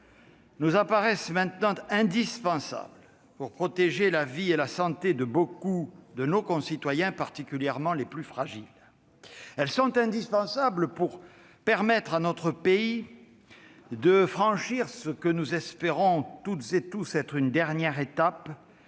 nous apparaissent maintenant indispensables pour protéger la vie et la santé de beaucoup de nos concitoyens, particulièrement les plus fragiles. Elles sont indispensables ... Sauf pour les Anglais !... pour permettre à notre pays de franchir ce que nous espérons toutes et tous être une dernière étape,